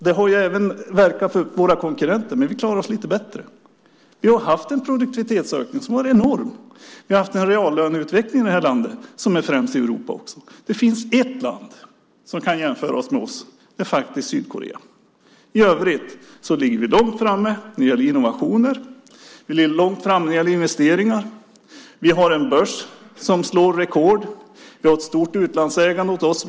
Den har ju även verkat för våra konkurrenter. Men vi klarar oss lite bättre. Vi har haft en enorm produktivitetsökning. Vi har haft en reallöneutveckling i det här landet som är den främsta i Europa. Det finns ett land som kan jämföras med vårt land, och det är Sydkorea. I övrigt ligger vi långt framme när det gäller innovationer. Vi ligger också långt framme när det gäller investeringar. Vi har en börs som slår rekord, och vi har ett stort utlandsägande hos oss.